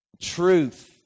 truth